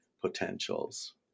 potentials